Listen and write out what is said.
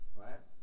right